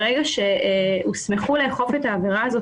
ברגע שהוסמכו לאכוף את העבירה הזאת